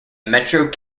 metro